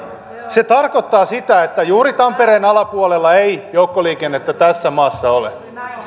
se tarkoittaa sitä että juuri tampereen alapuolella ei joukkoliikennettä tässä maassa ole